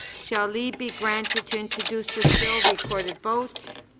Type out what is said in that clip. shall leave be granted to introduce this bill recorded vote.